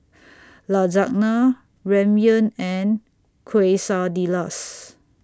Lasagna Ramyeon and Quesadillas